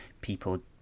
people